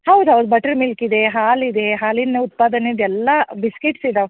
ಹೌದು ಹೌದು ಬಟ್ರ್ಮಿಲ್ಕ್ ಇದೆ ಹಾಲಿದೆ ಹಾಲಿನ ಉತ್ಪಾದನೆದು ಎಲ್ಲ ಬಿಸ್ಕಿಟ್ಸ್ ಇದಾವೆ